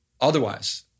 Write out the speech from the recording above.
otherwise